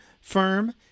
firm